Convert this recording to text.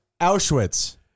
Auschwitz